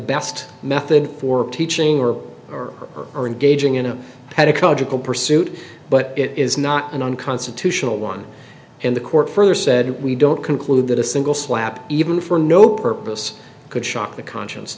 best method for teaching or or earn gaging in a padded pursuit but it is not an unconstitutional one and the court further said we don't conclude that a single slap even for no purpose could shock the conscience